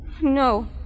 No